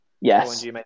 Yes